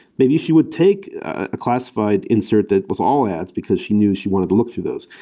maybe she would take a classified insert that was all ads because she knew she wanted to look through those.